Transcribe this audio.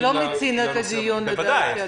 לא מצינו את הדיון, לדעתי, אדוני.